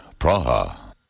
Praha